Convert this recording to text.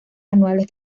anuales